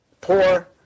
poor